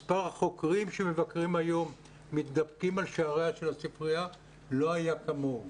מספר החוקרים שמבקרים היום ומתדפקים על שעריה של הספרייה לא היה כמוהו.